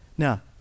Now